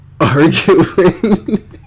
arguing